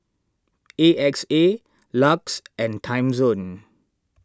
A X A Lux and Timezone